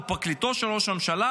או פרקליטו של ראש הממשלה,